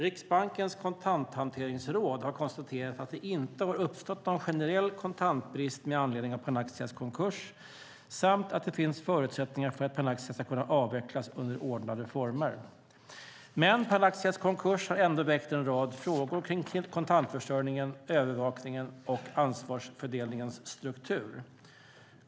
Riksbankens kontanthanteringsråd har konstaterat att det inte har uppstått någon generell kontantbrist med anledning av Panaxias konkurs samt att det finns förutsättningar för att Panaxia ska kunna avvecklas under ordnade former. Men Panaxias konkurs har ändå väckt en rad frågor kring kontantförsörjningen, övervakningen och ansvarsfördelningens struktur.